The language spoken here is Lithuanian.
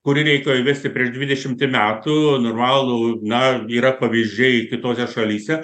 kurį reikėjo įvesti prieš dvidešimtį metų normalų na yra pavyzdžiai kitose šalyse